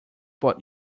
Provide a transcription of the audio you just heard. but